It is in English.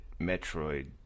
Metroid